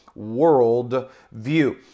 worldview